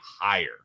higher